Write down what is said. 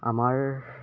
আমাৰ